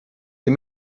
ses